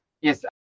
Yes